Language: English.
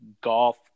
golf